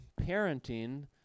parenting